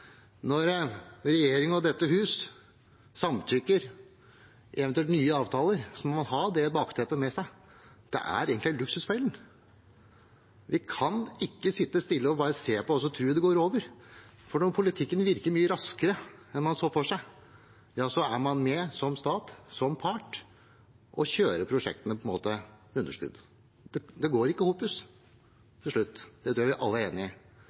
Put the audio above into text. Når regjeringen og dette hus samtykker til eventuelt nye avtaler, må man ha det bakteppet med seg. Det er egentlig «Luksusfellen». Vi kan ikke sitte stille og bare se på og tro det går over, for når politikken virker mye raskere enn man så for seg, er man med – som stat, som part – og kjører prosjektene til underskudd. Det går ikke opp til slutt – det tror jeg vi alle er enig i,